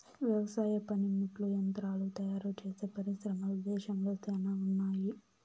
వ్యవసాయ పనిముట్లు యంత్రాలు తయారుచేసే పరిశ్రమలు దేశంలో శ్యానా ఉన్నాయి